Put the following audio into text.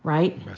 right.